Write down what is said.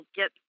get